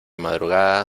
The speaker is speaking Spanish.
madrugada